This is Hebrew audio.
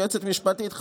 יועצת משפטית,